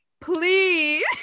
please